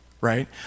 right